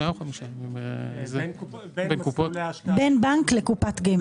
בין בנק לקופת גמל?